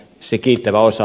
se kiittävä osa